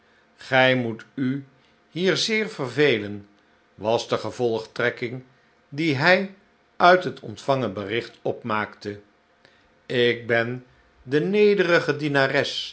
gij moet u hier zeer vervelen wasdegevolgtrekking die hij uit het ontvangen bericht opmaakte ik ben de nederige dienares